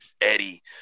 Eddie